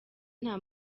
nta